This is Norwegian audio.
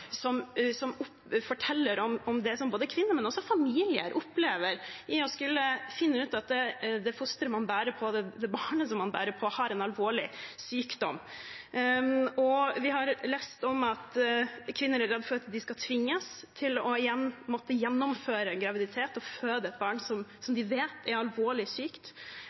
som forteller om det som kvinner – men også familier – opplever når de finner ut at det fosteret man bærer på, det barnet man bærer på, har en alvorlig sykdom. Vi har lest om at kvinner er redde for at de skal tvinges til å måtte gjennomføre en graviditet og føde et barn som de vet er alvorlig sykt.